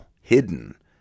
hidden